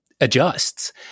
adjusts